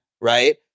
right